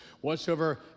Whatsoever